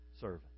servant